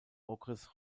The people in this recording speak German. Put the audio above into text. okres